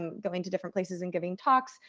going to different places and giving talks.